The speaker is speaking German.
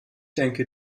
denke